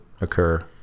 occur